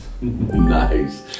Nice